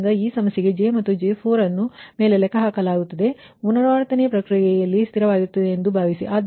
ಆದ್ದರಿಂದ ಈ ಸಮಸ್ಯೆಗೆ J ಮತ್ತು J4 ಅನ್ನು ಮೇಲೆ ಲೆಕ್ಕಹಾಕಲಾಗುತ್ತದೆ ಪುನರಾವರ್ತನೆಯ ಪ್ರಕ್ರಿಯೆಯಲ್ಲಿ ಸ್ಥಿರವಾಗಿರುತ್ತದೆ ಎಂದು ಭಾವಿಸಿ